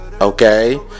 okay